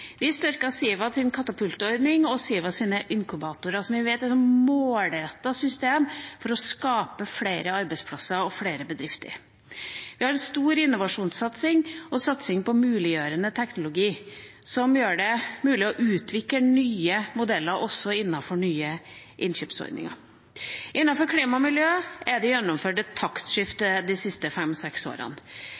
Vi styrker Sivas katapult-ordning og Sivas inkubatorer, som vi vet er et målrettet system for å skape flere arbeidsplasser og flere bedrifter. Vi har en stor innovasjonssatsing og satsing på muliggjørende teknologi, som gjør det mulig å utvikle nye modeller, også innenfor nye innkjøpsordninger. Innenfor klima og miljø er det gjennomført et taktskifte de siste